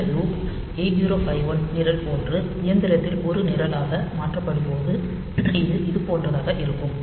இந்த லூப் 8051 நிரல் போன்று இயந்திரத்தில் ஒரு நிரலாக மாற்றப்படும்போது இது இதுபோன்றதாக இருக்கும்